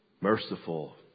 merciful